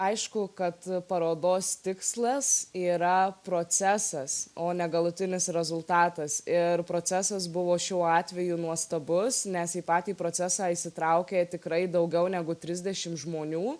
aišku kad parodos tikslas yra procesas o ne galutinis rezultatas ir procesas buvo šiuo atveju nuostabus nes į patį procesą įsitraukė tikrai daugiau negu trisdešim žmonių